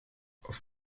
auf